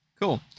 Cool